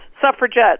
Suffragettes